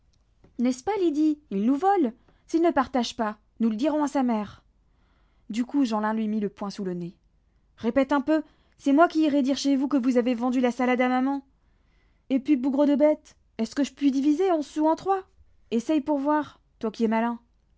n'est-ce pas lydie il nous vole s'il ne partage pas nous le dirons à sa mère du coup jeanlin lui mit le poing sous le nez répète un peu c'est moi qui irai dire chez vous que vous avez vendu la salade à maman et puis bougre de bête est-ce que je puis diviser onze sous en trois essaie pour voir toi qui es malin